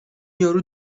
یارو